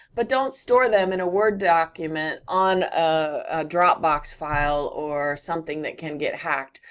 but don't store them in a word document on a dropbox file, or something that can get hacked,